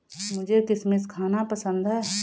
मुझें किशमिश खाना पसंद है